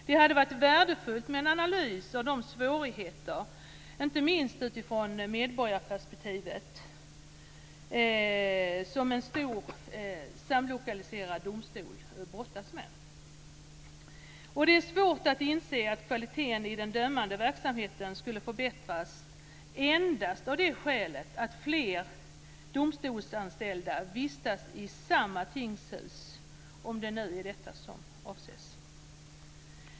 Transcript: Det hade varit värdefullt med en analys av de svårigheter, inte minst utifrån medborgarperspektivet, som en stor samlokaliserad domstol brottas med. Det är svårt att inse att kvaliteten i den dömande verksamheten skulle förbättras endast av det skälet att fler domstolsanställda vistas i samma tingshus, om det nu är det som avses.